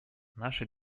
наша